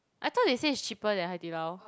I thought they say it's cheaper than Hai-Di-Lao